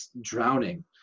drowning